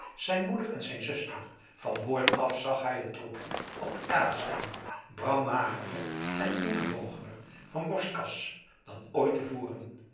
zijn moeder en zijn zuster van boord af zag hij het troepje op de kade staan bram magerder en ingebogener van borstkast dan ooit